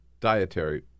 dietary